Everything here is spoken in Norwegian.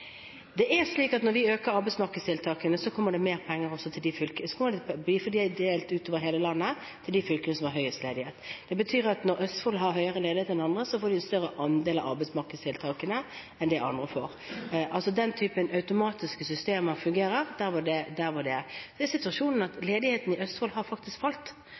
De skal være fordelt utover hele landet til de fylkene som har høyest ledighet. Det betyr at når Østfold har høyere ledighet enn andre, så får de en større andel av arbeidsmarkedstiltakene enn det andre får. Den typen automatiske systemer fungerer der de er. Situasjonen er faktisk at ledigheten i Østfold har falt. Det er et av de fylkene som har